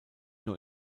nur